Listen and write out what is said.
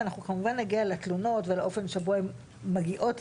ואנחנו כמובן נגיע לתלונות ועל האופן שבו הן מגיעות,